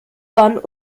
bahn